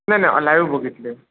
नाही नाही लाईव बघितले